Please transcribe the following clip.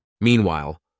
Meanwhile